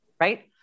right